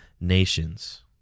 nations